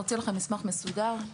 נוציא לכם מסמך מסודר.